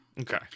Okay